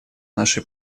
наши